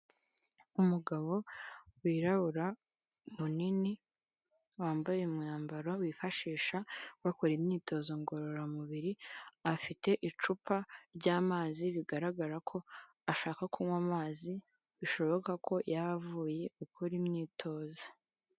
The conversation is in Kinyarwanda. Umugabo wirabura munini wambaye umwambaro bifashisha bakora imyitozo ngororamubiri, afite icupa ryamazi bigaragara ko ashaka kunywa amazi, bishoboka ko yaba avuye gukora imyitozo.